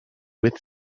with